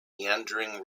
meandering